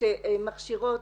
אנחנו מקדמים תכנית שנקראת